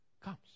comes